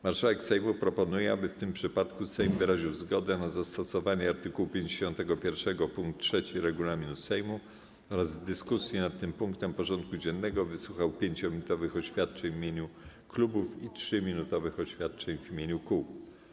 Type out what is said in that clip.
Marszałek Sejmu proponuje, aby w tym przypadku Sejm wyraził zgodę na zastosowanie art. 51 pkt 3 regulaminu Sejmu oraz w dyskusji nad tym punktem porządku dziennego wysłuchał 5-minutowych oświadczeń w imieniu klubów i 3-minutowych oświadczeń w imieniu kół.